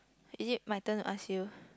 is it my turn to ask you